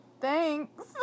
Thanks